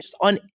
on